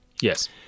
yes